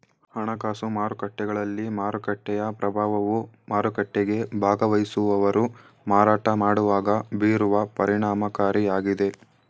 ಹಣಕಾಸು ಮಾರುಕಟ್ಟೆಗಳಲ್ಲಿ ಮಾರುಕಟ್ಟೆಯ ಪ್ರಭಾವವು ಮಾರುಕಟ್ಟೆಗೆ ಭಾಗವಹಿಸುವವರು ಮಾರಾಟ ಮಾಡುವಾಗ ಬೀರುವ ಪರಿಣಾಮಕಾರಿಯಾಗಿದೆ